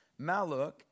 Maluk